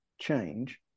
change